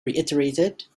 reiterated